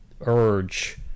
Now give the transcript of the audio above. urge